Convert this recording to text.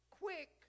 quick